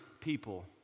people